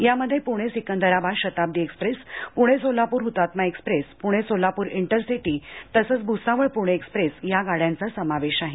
यामध्ये Pune Secunderabad Shatabdi express Pune Solapur Hutatma express Pune Solapur inter city तसच Bhusawal Pune express या गाड्यांचा समावेश आहे